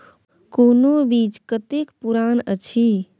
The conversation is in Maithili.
कोनो बीज कतेक पुरान अछि?